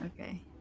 Okay